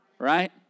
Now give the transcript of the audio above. Right